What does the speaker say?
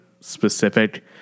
specific